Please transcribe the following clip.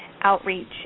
outreach